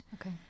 Okay